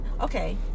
Okay